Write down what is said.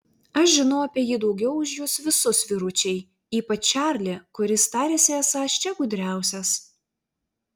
aš žinau apie jį daugiau už jus visus vyručiai ypač čarlį kuris tariasi esąs čia gudriausias